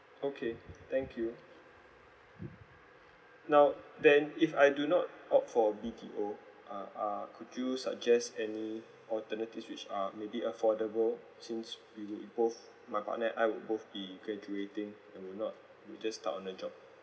okay thank you now then if I do not opt for B_T_O uh uh could you suggest any alternative which um maybe affordable since we both my partner and I we're both be graduating and will not we just start on the job